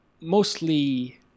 mostly